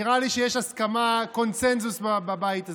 נראה לי שיש הסכמה, קונסנזוס בבית הזה.